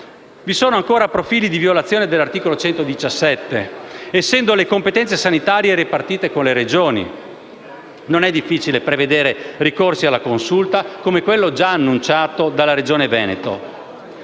Vi sono ancora profili di violazione dell'articolo 117 della Costituzione, essendo le competenze sanitarie ripartite con le Regioni. Non è difficile prevedere ricorsi alla Consulta, come quello già annunciato dalla Regione Veneto.